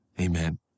amen